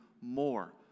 more